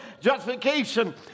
justification